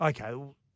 okay